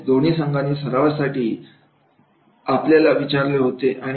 तसेच दोन्ही संघांनी सरावासाठी आपल्याला विचारले होते